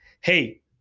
hey